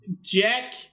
Jack